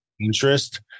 interest